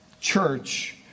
church